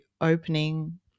opening